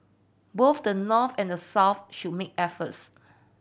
both the North and the South should make efforts